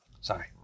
Sorry